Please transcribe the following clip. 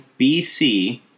BC